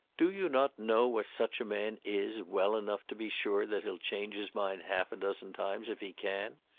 do you not know what such a man is well enough to be sure that he'll change his mind half-a-dozen times if he can?